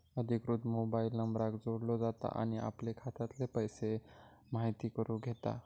अधिकृत मोबाईल नंबराक जोडलो जाता आणि आपले खात्यातले पैशे म्हायती करून घेता